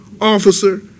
Officer